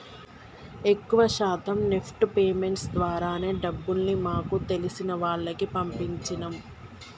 ఎక్కువ శాతం NEFT payments ద్వారానే డబ్బుల్ని మాకు తెలిసిన వాళ్లకి పంపించినం